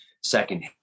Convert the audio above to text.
second